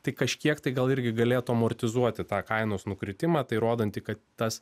tai kažkiek tai gal irgi galėtų amortizuoti tą kainos nukritimą tai rodanti kad tas